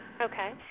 okay